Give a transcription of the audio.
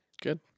Good